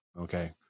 Okay